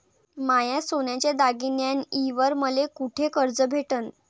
माया सोन्याच्या दागिन्यांइवर मले कुठे कर्ज भेटन?